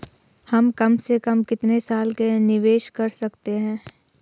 हम कम से कम कितने साल के लिए निवेश कर सकते हैं?